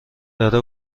داره